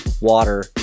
water